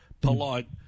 polite